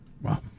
Wow